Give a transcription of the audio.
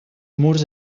murs